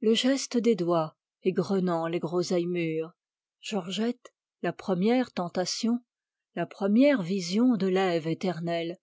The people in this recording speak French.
le geste des doigts égrenant les groseilles mûres georgette la première tentation la première vision de l'ève éternelle